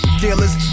dealers